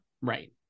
Right